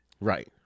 Right